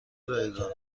رایگان